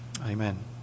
Amen